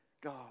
God